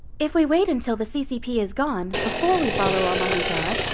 if we wait until the ccp is gone before we follow almighty god,